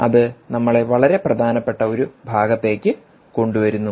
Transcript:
അത് നമ്മളെ വളരെ പ്രധാനപ്പെട്ട ഒരു ഭാഗത്തേക്ക് കൊണ്ടുവരുന്നു